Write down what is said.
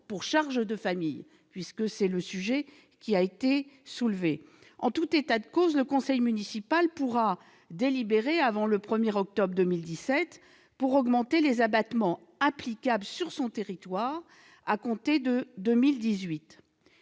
pour charge de famille, puisque c'est de cela qu'il s'agit. En tout état de cause, le conseil municipal peut délibérer avant le 1 octobre 2017 pour augmenter les abattements applicables sur son territoire à compter de 2018.